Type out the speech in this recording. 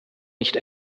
nicht